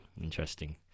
interesting